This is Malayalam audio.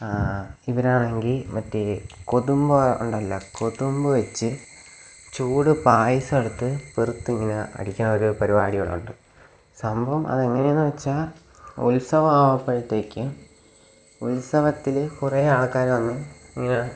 ഇവരാണെങ്കിൽ മറ്റേ കൊതുമ്പ് ഉണ്ടല്ലോ കൊതുമ്പ് വെച്ച് ചൂട് പായസ്സമെടുത്ത് പുറത്തിങ്ങനെ അടിക്കണ ഒരു പരിപാടി അവിടെയുണ്ട് സംഭവം അതെങ്ങനെയെന്ന് വച്ചാൽ ഉത്സവമാകുമ്പോഴത്തേക്ക് ഉത്സവത്തിൽ കുറേ ആൾക്കാർ വന്ന് ഇങ്ങനെ